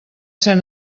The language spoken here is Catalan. ser